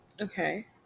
Okay